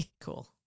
Cool